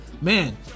man